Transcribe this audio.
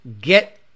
get